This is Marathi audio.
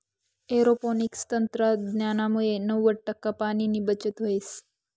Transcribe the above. एरोपोनिक्स तंत्रज्ञानमुये नव्वद टक्का पाणीनी बचत व्हस